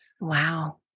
Wow